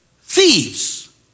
Thieves